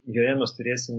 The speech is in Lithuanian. joje mes turėsim